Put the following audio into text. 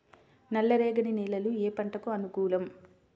నల్ల రేగడి నేలలు ఏ పంటకు అనుకూలం?